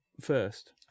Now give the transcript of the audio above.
first